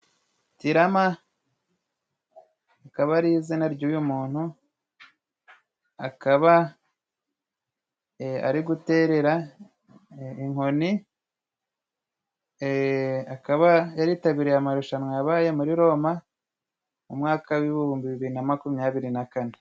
Tirama akaba ari izina ry'uyu muntu, akaba ari guterera inkoni, akaba yaritabiriye amarushanwa yabaye muri Roma mu umwaka w'ibihumbi bibiri na makumyabiri na kane.